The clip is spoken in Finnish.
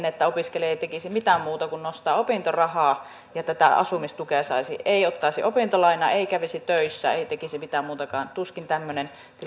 että opiskelija ei tekisi mitään muuta kuin nostaisi opintorahaa ja tätä asumistukea saisi ei ottaisi opintolainaa ei kävisi töissä ei tekisi mitään muutakaan tuskin tämmöinen tilanne